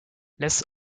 less